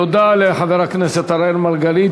תודה לחבר הכנסת אראל מרגלית.